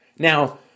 Now